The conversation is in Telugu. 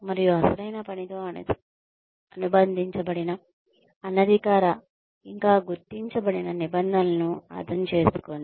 మరియు అసలైన పనితో అనుబంధించబడిన అనధికారిక ఇంకా గుర్తించబడిన నిబంధనలను అర్థం చేసుకోండి